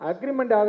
Agreement